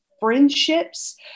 friendships